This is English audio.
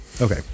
okay